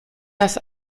das